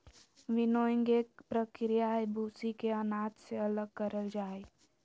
winnowing एक प्रक्रिया हई, भूसी के अनाज से अलग करल जा हई